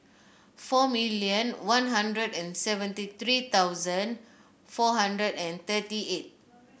four million One Hundred and seventy three thousand four hundred and thirty eight